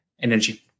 energy